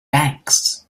banks